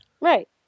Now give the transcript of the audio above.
Right